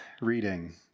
reading